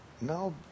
No